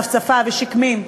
צפצפה ושקמים.